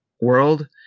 world